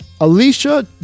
alicia